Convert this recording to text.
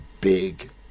big